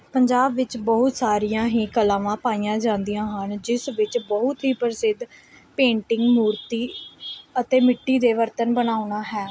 ਪੰਜਾਬ ਵਿੱਚ ਬਹੁਤ ਸਾਰੀਆਂ ਹੀ ਕਲਾਵਾਂ ਪਾਈਆਂ ਜਾਂਦੀਆਂ ਹਨ ਜਿਸ ਵਿੱਚ ਬਹੁਤ ਹੀ ਪ੍ਰਸਿੱਧ ਪੇਂਟਿੰਗ ਮੂਰਤੀ ਅਤੇ ਮਿੱਟੀ ਦੇ ਬਰਤਨ ਬਣਾਉਣਾ ਹੈ